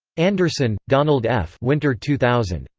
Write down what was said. anderson, donald f. winter two thousand.